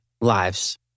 lives